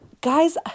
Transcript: guys